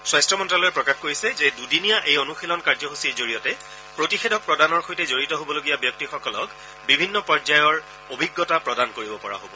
স্বাস্থ্য মন্ত্ৰ্যালয়ে প্ৰকাশ কৰিছে দুদিনীয়া এই অনুশীলন কাৰ্যসুচীৰ জৰিয়তে প্ৰতিষেধক প্ৰদানৰ সৈতে জড়িত হ'বলগীয়া ব্যক্তিসকলক বিভিন্ন পৰ্যায়ৰ অভিজ্ঞতা প্ৰদান কৰিব পৰা হ'ব